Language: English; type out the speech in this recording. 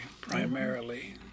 primarily